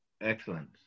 Excellent